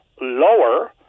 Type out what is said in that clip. Lower